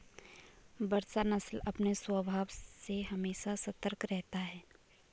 बसरा नस्ल अपने स्वभाव से हमेशा सतर्क रहता है